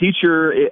teacher